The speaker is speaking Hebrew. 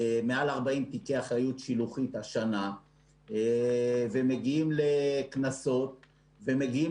מעל 40 תיקי אחריות שילוחית השנה ומגיעים לקנסות ומגיעים